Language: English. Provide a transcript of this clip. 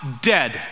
Dead